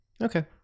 Okay